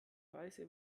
weiße